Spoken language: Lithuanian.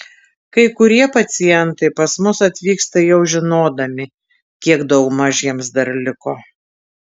kai kurie pacientai pas mus atvyksta jau žinodami kiek daugmaž jiems dar liko